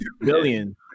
billion